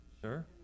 sure